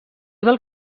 del